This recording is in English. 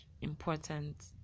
important